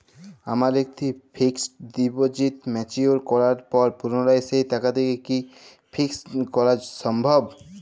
আমার একটি fixed deposit mature করার পর পুনরায় সেই টাকাটিকে কি ফিক্সড করা সম্ভব?